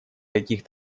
каких